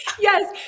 Yes